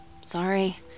Sorry